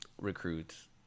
Recruits